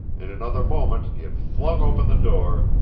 in another moment he had flung open the door,